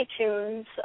iTunes